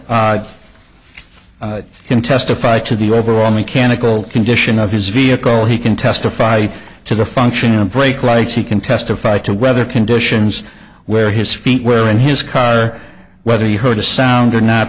it can testify to the overall mechanical condition of his vehicle he can testify to the function of brake lights he can testify to weather conditions where his feet were in his car or whether he heard a sound or not